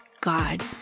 God